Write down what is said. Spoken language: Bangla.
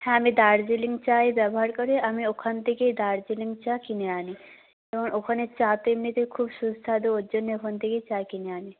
হ্যাঁ আমি দার্জিলিং চা ই ব্যবহার করি আমি ওখান থেকেই দার্জিলিং চা কিনে আনি এবং ওখানের চা তো এমনিতেই খুব সুস্বাদু ওর জন্যে ওখান থেকেই চা কিনে আনি